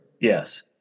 Yes